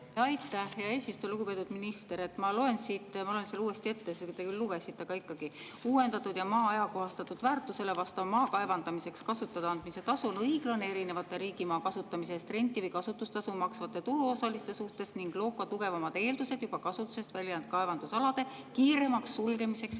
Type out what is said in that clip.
on? Aitäh, hea eesistuja! Lugupeetud minister! Ma loen siit selle uuesti ette, kuigi te lugesite, aga ikkagi: "Uuendatud ja maa ajakohastatud väärtusele vastav maa kaevandamiseks kasutada andmise tasu on õiglane erinevate riigimaa kasutamise eest renti või kasutustasu maksvate turuosaliste suhtes ning loob ka tugevamad eeldused juba kasutusest välja jäänud kaevandusalade kiiremaks sulgemiseks